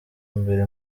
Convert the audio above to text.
mbere